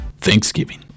Thanksgiving